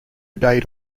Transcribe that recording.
date